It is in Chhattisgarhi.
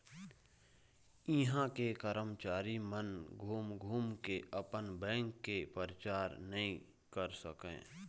इहां के करमचारी मन घूम घूम के अपन बेंक के परचार नइ कर सकय